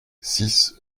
six